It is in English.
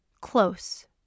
Close